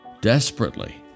desperately